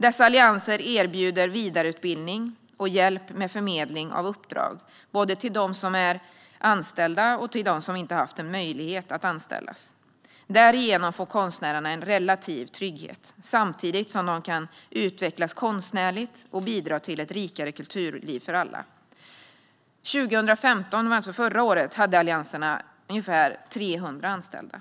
Dessa allianser erbjuder vidareutbildning och hjälp med förmedling av uppdrag, både till dem som är anställda och till dem som inte har haft möjlighet att anställas. Därigenom får konstnärerna en relativ trygghet, samtidigt som de kan utvecklas konstnärligt och bidra till ett rikare kulturliv för alla. År 2015 hade allianserna ungefär 300 anställda.